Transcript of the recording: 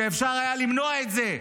כשאפשר היה למנוע את זה.